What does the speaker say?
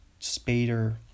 Spader